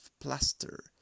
plaster